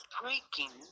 breaking